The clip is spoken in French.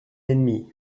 ennemie